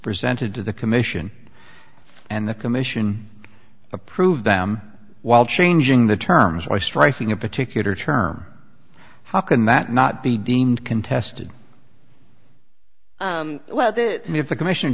presented to the commission and the commission approved them while changing the terms by striking a particular term how can that not be deemed contested well me if the commission